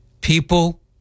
People